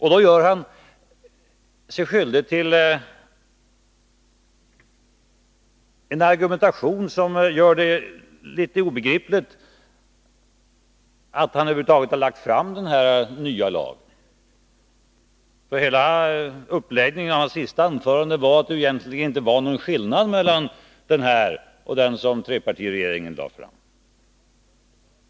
Han gör sig då skyldig till en argumentation som gör det litet obegripligt att han över huvud taget lagt fram det här förslaget till ny lag. Hela uppläggningen av hans senaste anförande var att det egentligen inte är någon skillnad mellan det här lagförslaget och det som trepartiregeringen lade fram.